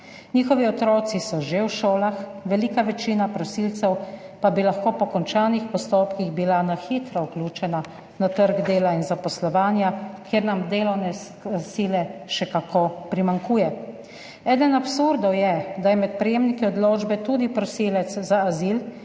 njihovi otroci so že v šolah, velika večina prosilcev pa bi lahko bila po končanih postopkih na hitro vključena na trg dela in zaposlovanja, kjer nam delovne sile še kako primanjkuje. Eden od absurdov je, da je med prejemniki odločbe tudi prosilec za azil,